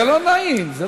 זה לא נעים, זה לא נעים.